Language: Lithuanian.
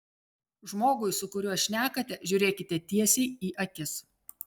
žmogui su kuriuo šnekate žiūrėkite tiesiai į akis